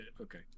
Okay